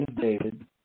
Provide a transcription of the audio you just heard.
David